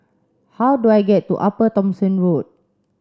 how do I get to Upper Thomson Road